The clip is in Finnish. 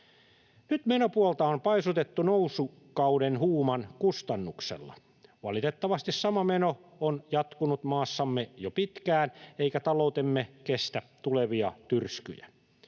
Nyt menopuolta on paisutettu nousukauden huuman kustannuksella. Valitettavasti sama meno on jatkunut maassamme jo pitkään, eikä taloutemme kestä tulevia tyrskyjä.